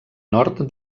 nord